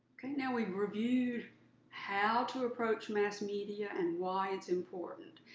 now we reviewed how to approach mass media and why it's important,